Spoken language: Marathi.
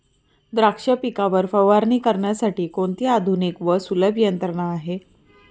द्राक्ष पिकावर फवारणी करण्यासाठी कोणती आधुनिक व सुलभ यंत्रणा आहे?